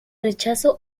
rechazo